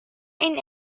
این